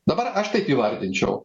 dabar aš taip įvardinčiau